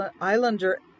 Islander